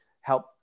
help